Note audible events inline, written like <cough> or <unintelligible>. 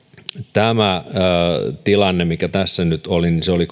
tämä tilanne mikä tässä nyt oli oli <unintelligible>